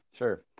Sure